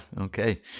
okay